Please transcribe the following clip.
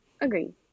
Agree